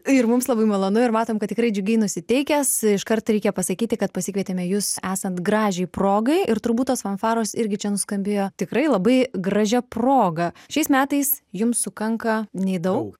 ir mums labai malonu ir matom kad tikrai džiugiai nusiteikęs iškart reikia pasakyti kad pasikvietėme jus esant gražiai progai ir turbūt tos fanfaros irgi čia nuskambėjo tikrai labai gražia proga šiais metais jums sukanka nei daug